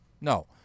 No